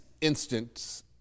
instance